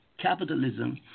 capitalism